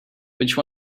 which